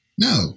No